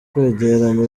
kwegeranya